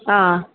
आं